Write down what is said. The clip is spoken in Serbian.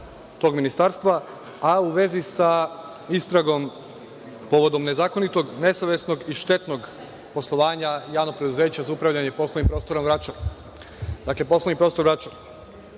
tog ministarstva, a u vezi sa istragom povodom nezakonitog, nesavesnog i štetnog poslovanja Javnog preduzeća za upravljanje poslovnim prostorom „Vračar“.Naime, u proteklom